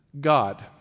God